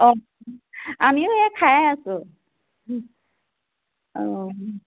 অঁ আমিও এই খাই আছোঁ অঁ